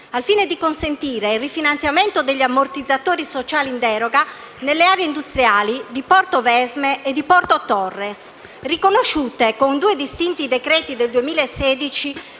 al fine di consentire il rifinanziamento degli ammortizzatori sociali in deroga nelle aree industriali di Portovesme e di Porto Torres, riconosciute con due distinti decreti del 2016